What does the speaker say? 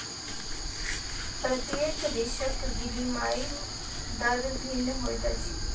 प्रत्येक देशक विनिमय दर भिन्न होइत अछि